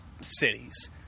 cities